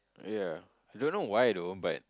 ya I don't know why I don't but